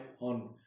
on